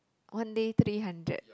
one day three hundred